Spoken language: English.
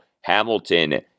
Hamilton